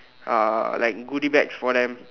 uh like goodie bags for them